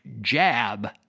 jab